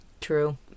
True